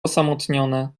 osamotnione